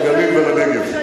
לגליל ולנגב.